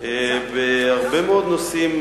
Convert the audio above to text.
בהרבה מאוד נושאים